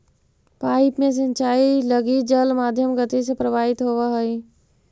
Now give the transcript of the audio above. pipe में सिंचाई लगी जल मध्यम गति से प्रवाहित होवऽ हइ